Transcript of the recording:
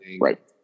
Right